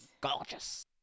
Gorgeous